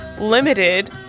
limited